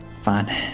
Fine